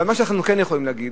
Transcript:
אבל מה שאנחנו כן יכולים להגיד,